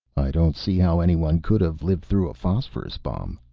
i don't see how anyone could have lived through a phosphorus bomb.